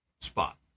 spot